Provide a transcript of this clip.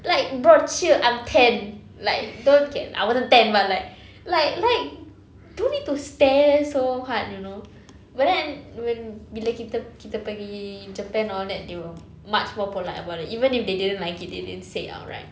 like bro chill I'm ten like don't okay I wasn't ten but like like like don't need to stare so hard you know but then when bila kita p~ kita pergi japan all that they were much more polite about it even if they didn't like it they didn't say it outright